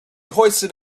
hoisted